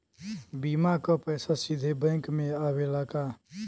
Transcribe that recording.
बीमा क पैसा सीधे बैंक में आवेला का?